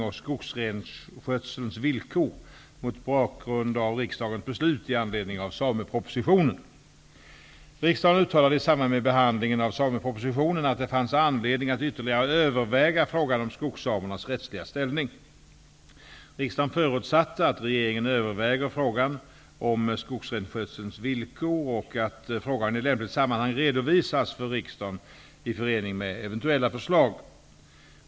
''Utskottet, som förutsätter att regeringen utan en riksdagens uttryckliga begäran därom överväger frågan om skogsrenskötselns villkor, utgår ifrån att frågan i lämpligt sammanhang redovisas för riksdagen i förening med eventuella förslag''.